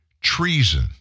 treason